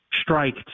strike